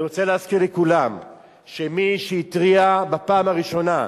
אני רוצה להזכיר לכולם שמי שהתריע בפעם הראשונה,